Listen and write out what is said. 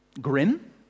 grim